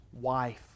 wife